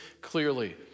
clearly